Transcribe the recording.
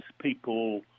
people